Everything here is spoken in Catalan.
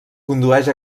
condueix